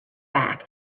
back